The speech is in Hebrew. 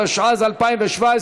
התשע"ז 2017,